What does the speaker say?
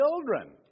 children